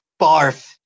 Barf